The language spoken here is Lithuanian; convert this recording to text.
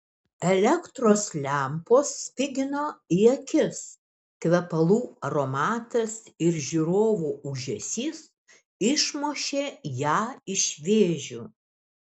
elektros lempos spigino į akis kvepalų aromatas ir žiūrovų ūžesys išmušė ją iš vėžių